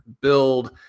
build